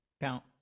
Count